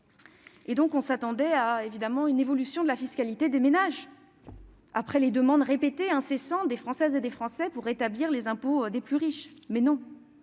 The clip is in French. attendions alors à une diminution de la fiscalité des ménages après les demandes répétées et incessantes des Françaises et des Français pour rétablir les impôts des plus riches. Mais non